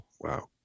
Wow